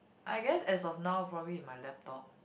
I guess as of now probably my laptop